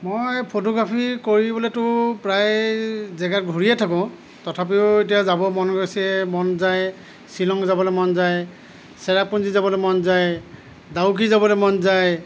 মই ফটোগ্ৰাফী কৰিবলৈটো প্ৰায় জেগা ঘূৰিয়ে থাকোঁ তথাপিও এতিয়া যাব মন গৈছে মন যায় শ্বিলং যাবলৈ মন যায় চেৰাপুঞ্জী যাবলৈ মন যায় ডাউকী যাবলৈ মন যায়